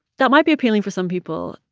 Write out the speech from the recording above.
that might be appealing for some people.